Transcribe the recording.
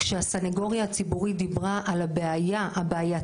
כשהסנגוריה הציבורית דיברה על הבעייתיות